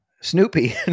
Snoopy